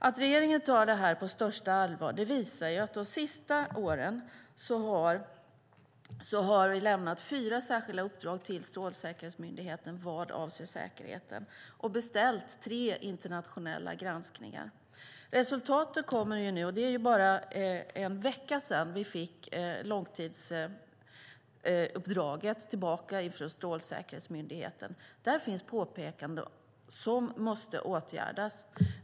Att regeringen tar det här på största allvar visas av att vi de senaste åren har lämnat fyra särskilda uppdrag till Strålsäkerhetsmyndigheten vad avser säkerheten. Vi har även beställt tre internationella granskningar. Resultaten kommer nu, och det är bara en vecka sedan vi fick långtidsuppdraget tillbaka från Strålsäkerhetsmyndigheten. Där finns påpekanden som måste åtgärdas.